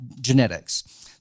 genetics